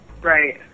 Right